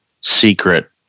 secret